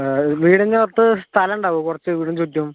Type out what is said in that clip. വീടിൻ്റെകത്ത് സ്ഥലം ഉണ്ടാകുമോ കുറച്ച് വീടിന് ചുറ്റും